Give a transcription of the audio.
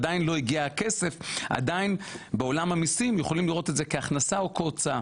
אבל עדיין בעולם המיסים יכולים לראות את זה הכנסה או כהוצאה.